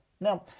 Now